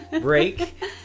break